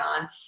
on